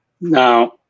Now